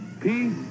Peace